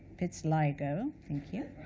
pits-lie-go, thank you,